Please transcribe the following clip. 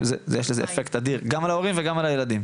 יש לזה אפקט אדיר גם להורים וגם על הילדים.